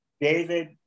David